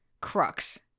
crux